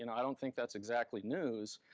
and i don't think that's exactly news.